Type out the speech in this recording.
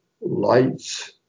lights